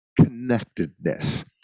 connectedness